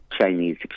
Chinese